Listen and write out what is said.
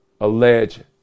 alleged